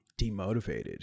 demotivated